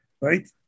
right